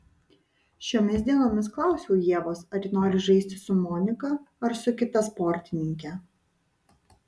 šiomis dienomis klausiau ievos ar ji nori žaisti su monika ar su kita sportininke